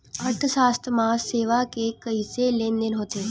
अर्थशास्त्र मा सेवा के कइसे लेनदेन होथे?